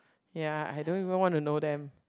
ya I don't even want to know them